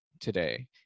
today